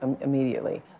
immediately